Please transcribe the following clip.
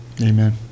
Amen